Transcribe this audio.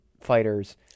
fighters